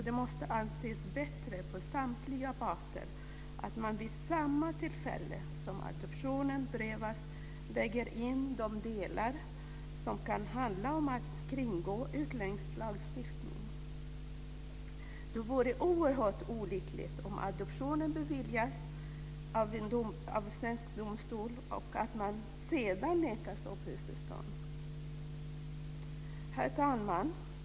Det måste anses bättre för samtliga parter att man vid samma tillfälle som adoptionen prövas väger in de delar som kan handla om att kringgå utlänningslagstiftningen. Det vore oerhört olyckligt om adoptionen beviljas av svensk domstol och att man sedan nekas uppehållstillstånd. Herr talman!